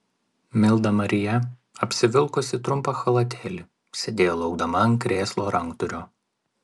milda marija apsivilkusi trumpą chalatėlį sėdėjo laukdama ant krėslo ranktūrio